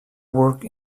work